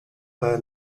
para